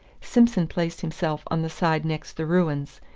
simson placed himself on the side next the ruins,